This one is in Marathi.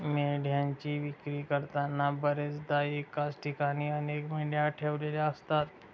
मेंढ्यांची विक्री करताना बर्याचदा एकाच ठिकाणी अनेक मेंढ्या ठेवलेल्या असतात